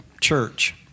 church